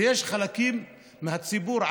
ויש חלקים מהציבור,